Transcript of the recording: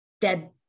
Dead